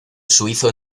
suizo